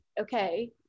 okay